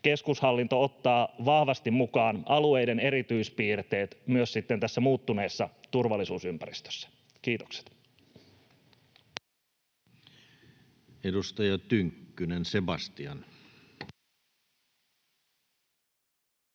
keskushallinto ottaa vahvasti mukaan alueiden erityispiirteet myös sitten tässä muuttuneessa turvallisuusympäristössä. — Kiitokset. [Speech 40] Speaker: